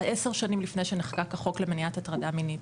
עשר שנים לפני שנחקק החוק למניעת הטרדה מינית.